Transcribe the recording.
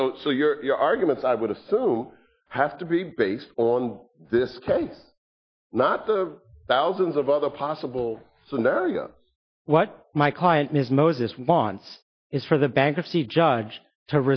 so so your argument i would assume have to be based on this case not the thousands of other possible scenarios what my client ms moses wants is for the bankruptcy judge to